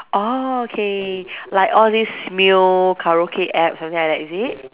orh okay like all these new karaoke app something like that is it